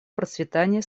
процветания